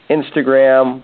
Instagram